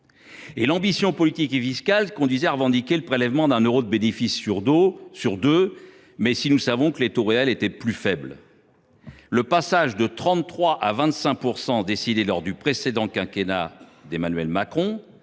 L’ambition politique et fiscale conduisait à revendiquer le prélèvement de 1 euro de bénéfice sur 2 euros, mais à condition que les taux réels soient plus faibles. Le passage de 33 % à 25 % décidé lors du précédent quinquennat d’Emmanuel Macron